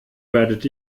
werdet